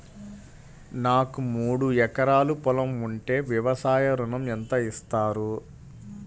నాకు మూడు ఎకరాలు పొలం ఉంటే వ్యవసాయ ఋణం ఎంత ఇస్తారు?